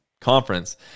conference